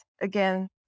again